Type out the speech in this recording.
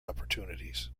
opportunities